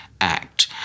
act